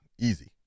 Easy